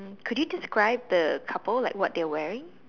could you describe the couple like what they're wearing